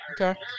Okay